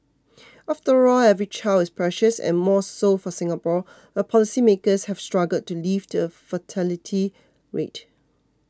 after all every child is precious and more so for Singapore where policymakers have struggled to lift the fertility rate